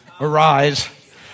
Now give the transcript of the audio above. arise